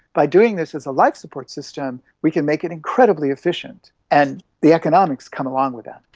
by doing this as a life-support system we can make it incredibly efficient, and the economics come along with that.